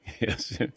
Yes